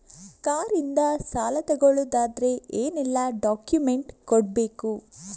Car ಇಂದ ಸಾಲ ತಗೊಳುದಾದ್ರೆ ಏನೆಲ್ಲ ಡಾಕ್ಯುಮೆಂಟ್ಸ್ ಕೊಡ್ಬೇಕು?